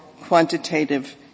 quantitative